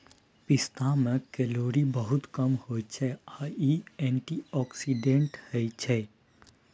पिस्ता मे केलौरी बहुत कम होइ छै आ इ एंटीआक्सीडेंट्स होइ छै